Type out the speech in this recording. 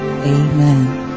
Amen